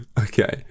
Okay